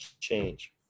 change